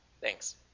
Thanks